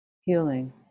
healing